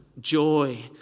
joy